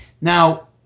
Now